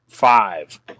Five